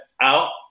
out